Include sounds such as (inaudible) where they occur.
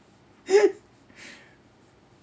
(laughs) (breath)